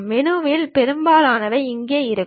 மெனுவில் பெரும்பாலானவை இங்கே இருக்கும்